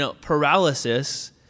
paralysis